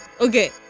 okay